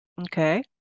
Okay